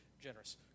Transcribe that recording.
generous